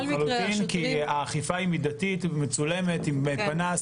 האכיפה היא מידתית, מצולמת עם פנס.